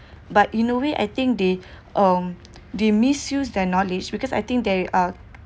but in a way I think they um they misuse their knowledge because I think they are